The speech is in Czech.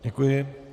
Děkuji.